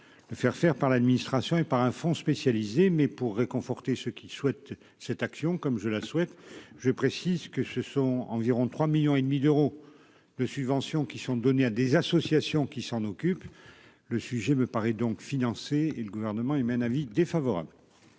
le faire faire par l'administration et par un fonds spécialisé mais pour réconforter ceux qui souhaitent cette action comme je la souhaite, je précise que ce sont environ 3 millions et demi d'euros de subventions qui sont donnés à des associations qui s'en occupe le sujet me paraît donc financer et le gouvernement émet un avis défavorable.